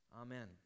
Amen